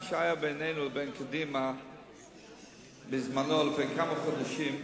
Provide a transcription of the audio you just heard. שהיה בינינו לבין קדימה לפני כמה חודשים.